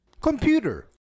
computer